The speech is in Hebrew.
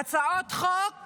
הצעות חוק